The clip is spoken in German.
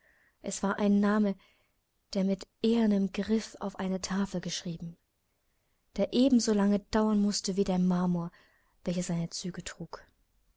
es war ein name der mit ehernem griffel auf eine tafel geschrieben der ebensolange dauern mußte wie der marmor welcher seine züge trug